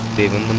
davis